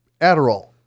Adderall